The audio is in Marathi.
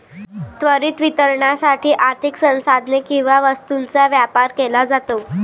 त्वरित वितरणासाठी आर्थिक संसाधने किंवा वस्तूंचा व्यापार केला जातो